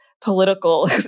political